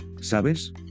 ¿sabes